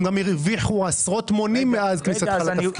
הם גם הרוויחו עשרות מונים מאז כניסתך לתפקיד.